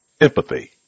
Empathy